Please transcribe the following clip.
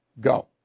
Go